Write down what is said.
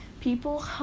People